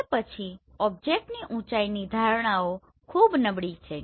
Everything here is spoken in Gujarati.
તે પછી ઓબ્જેક્ટની ઊચાઇ ની ધારણાઓ ખૂબ નબળી છે